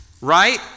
right